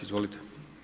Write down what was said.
Izvolite.